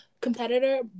competitor